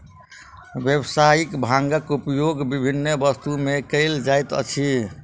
व्यावसायिक भांगक उपयोग विभिन्न वस्तु में कयल जाइत अछि